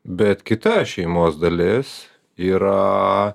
bet kita šeimos dalis yra